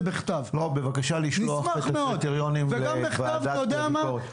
בבקשה לשלוח את הקריטריונים לוועדת הביקורת.